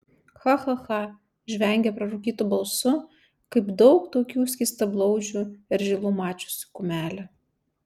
cha cha cha žvengia prarūkytu balsu kaip daug tokių skystablauzdžių eržilų mačiusi kumelė